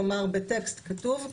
כלומר בטקסט כתוב,